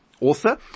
author